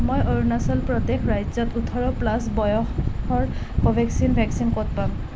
মই অৰুণাচল প্ৰদেশ ৰাজ্যত ওঠৰ প্লাছ বয়সৰ ক'ভেক্সিন ভেকচিন ক'ত পাম